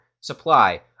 supply